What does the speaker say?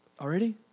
already